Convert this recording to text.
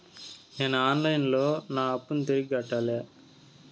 నేను online లో నా అప్పును తిరిగి ఎలా కట్టాలి?